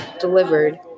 delivered